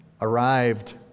arrived